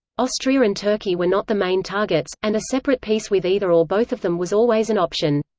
austria and turkey were not the main targets, and a separate peace with either or both of them was always an option.